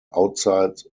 outside